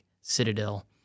citadel